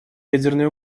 ядерной